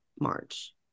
March